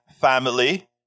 family